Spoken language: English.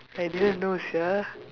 I didn't know sia